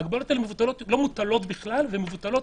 ההגבלות האלה לא מוטלות בכלל והן מבוטלות